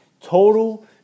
total